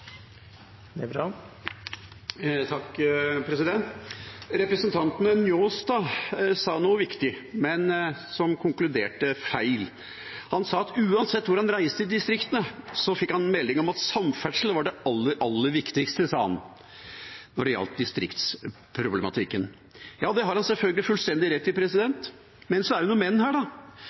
Representanten Njåstad sa noe viktig, men han konkluderte feil. Han sa at uansett hvor han reiste i distriktene, fikk han melding om at samferdsel var det aller, aller viktigste når det gjaldt distriktsproblematikken. Det har han selvfølgelig fullstendig rett i, men det er noen «men» her: